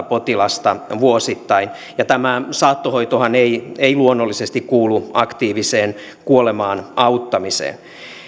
potilasta vuosittain saattohoitohan ei ei luonnollisesti kuulu aktiiviseen kuolemaan auttamiseen